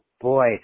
Boy